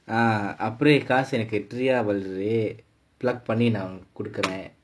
ah காசு எனக்கு:kaasu enakku tree ah வருது:varuthu pluck பண்ணி நான் கொடுக்கிறேன்:panni naan kodukkiraen